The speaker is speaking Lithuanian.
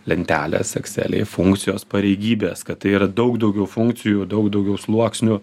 lentelės ekseliai funkcijos pareigybės kad tai yra daug daugiau funkcijų daug daugiau sluoksnių